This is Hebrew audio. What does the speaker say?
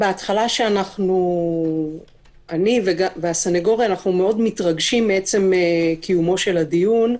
בהתחלה שאני והסניגור מאוד מתרגשים מעצם קיומו של הדיון,